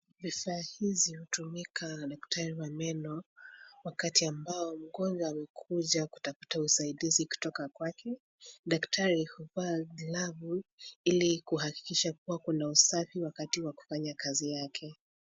Vifaa hizi hutumika na daktari wa meno, wakati ambao mgonjwa amekuja kutafuta usaidizi kutoka kwake. Daktari huvaa glavu ili kuhakikisha kua kuna usafi wakati wa kufanya kazi yake.